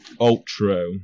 Ultra